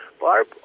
Barb